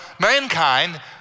mankind